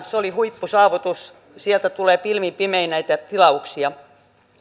se oli huippusaavutus sieltä tulee pilvin pimein näitä tilauksia